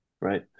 right